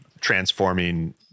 transforming